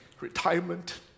retirement